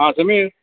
आ Samir